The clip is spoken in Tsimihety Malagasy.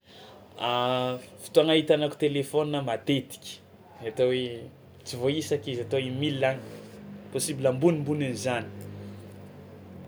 Fotoana itanako telefaonina matetiky, atao hoe tsy voaisako izy atao i mille a, possible ambonimbonin'izany.